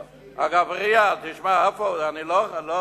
זה המוסד היחיד, אגבאריה, תשמע, עפו, לא.